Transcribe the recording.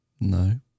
no